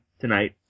tonight